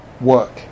work